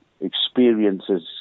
experiences